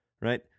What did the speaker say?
right